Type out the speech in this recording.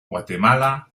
guatemala